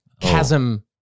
chasm